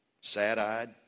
sad-eyed